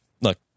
look